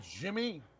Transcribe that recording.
Jimmy